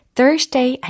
Thursday